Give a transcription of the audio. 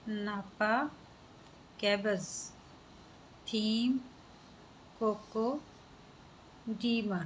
ਨਾਪਾ ਕੈਬਸ ਥੀਮ ਕੋਕੋ ਜੀਵੰਨ